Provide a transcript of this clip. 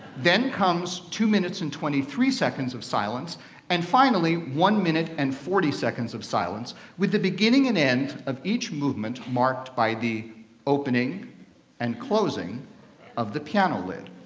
then comes two minutes and twenty three seconds of silence and finally one minute and forty seconds of silence with the beginning and end of each movement marked by the opening and closing of the piano lid.